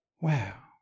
wow